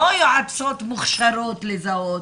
לא יועצות מוכשרות לזהות,